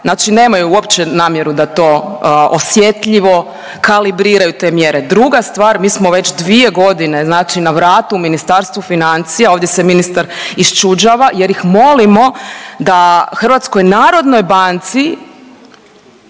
Znače nemaju uopće namjeru da to osjetljivo, kalibriraju te mjere. Druga stvar, mi smo već 2 godine znači na vratu Ministarstvu financija, ovdje se ministar iščuđava jer ih molimo da HNB-u traži od njih,